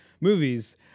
movies –